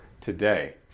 today